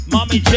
Mommy